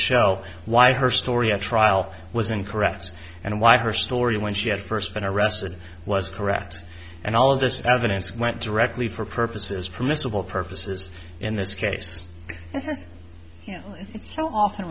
show why her story a trial was incorrect and why her story when she had first been arrested was correct and all of this evidence went directly for purposes permissible purposes in this case isn't it so often